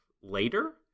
later